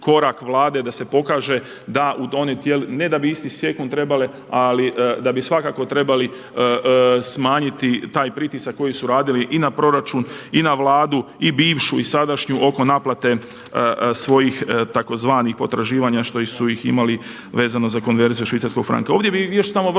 korak Vlade da se pokaže da u, ne da bi isti sekunda trebale ali da bi svakako trebali smanjiti taj pritisak koji su radili i na proračun i na Vladu i bivšu i sadašnju oko naplate svojih tzv. potraživanja što su ih imali vezano za konverziju švicarskog franka.